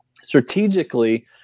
strategically